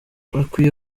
bakwiye